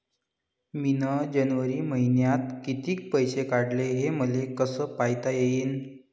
मिन जनवरी मईन्यात कितीक पैसे काढले, हे मले कस पायता येईन?